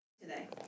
today